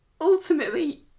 Ultimately